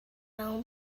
mewn